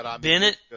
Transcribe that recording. Bennett